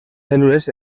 cèl·lules